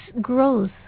growth